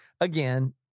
again